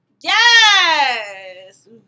Yes